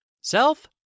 self